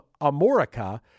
Amorica